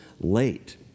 late